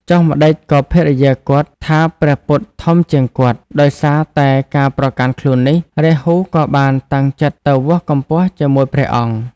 ចុះម្ដេចក៏ភរិយាគាត់ថាព្រះពុទ្ធធំជាងគាត់? ដោយសារតែការប្រកាន់ខ្លួននេះ រាហូក៏បានតាំងចិត្តទៅវាស់កម្ពស់ជាមួយព្រះអង្គ។